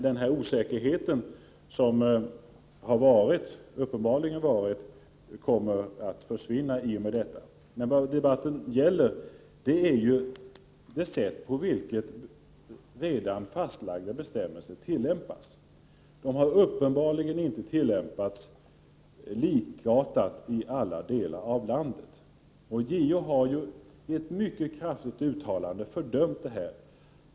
Den osäkerhet som uppenbarligen har rått kommer att försvinna i och med detta. Vad det gäller är det sätt på vilket redan fastlagda bestämmelser tillämpas. De har uppenbarligen inte tillämpats likartat i alla delar av landet. JO hari ett mycket kraftigt uttalande fördömt detta.